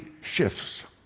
shifts